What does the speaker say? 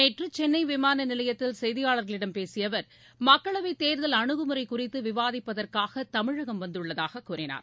நேற்று சென்னை விமான நிலையத்தில் செய்தியாளர்களிடம் பேசிய அவர் மக்களவை தேர்தல் அனுகுமுறை குறித்து விவாதிப்பதற்காக தமிழகம் வந்துள்ளதாக கூறினார்